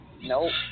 Nope